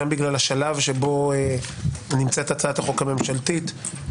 גם בגלל השלב שבו נמצאת הצעת החוק הממשלתית,